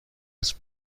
است